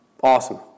Awesome